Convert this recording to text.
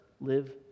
live